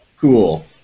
Cool